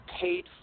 paid